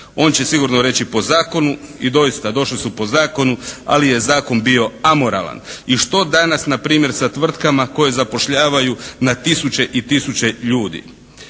On će sigurno reći po zakonu i doista došli su po zakonu, ali je zakon bio amoralan. I što danas na primjer sa tvrtkama koje zapošljavaju na tisuće i tisuće ljudi?